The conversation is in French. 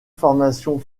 formation